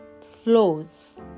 flows